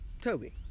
Toby